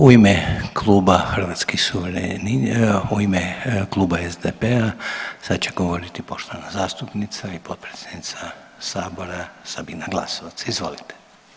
U ime Kluba Hrvatskih, u ime Kluba SDP-a sad će govoriti poštovana zastupnica i potpredsjednica sabora Sabina Glasovac, izvolite.